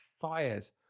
fires